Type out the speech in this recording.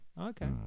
Okay